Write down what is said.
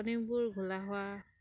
কণীবোৰ ঘোলা হোৱা